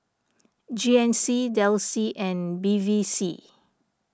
G N C Delsey and Bevy C